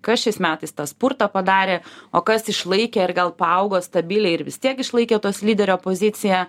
kas šiais metais tą spurtą padarė o kas išlaikė ir gal paaugo stabiliai ir vis tiek išlaikė tos lyderio poziciją